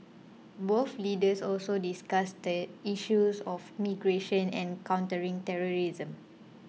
both leaders also discussed the issues of migration and countering terrorism